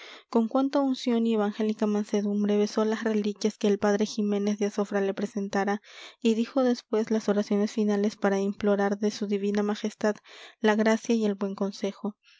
con cuánta unción y evangélica mansedumbre besó las reliquias que el padre ximénez de azofra le presentara y dijo después las oraciones finales para implorar de su divina majestad la gracia y el buen consejo